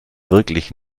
wirklich